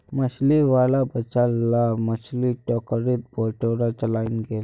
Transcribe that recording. मछली वाला बचाल ला मछली टोकरीत बटोरे चलइ गेले